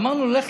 אמרנו לו: לך,